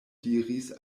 diris